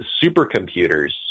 supercomputers